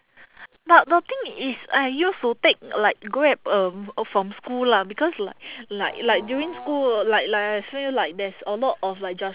but the thing is I used to take like Grab um uh from school lah because like like like during school like like I feel like there's a lot of like jud~